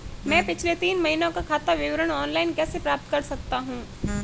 मैं पिछले तीन महीनों का खाता विवरण ऑनलाइन कैसे प्राप्त कर सकता हूं?